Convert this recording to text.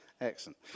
Excellent